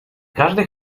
każdej